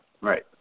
Right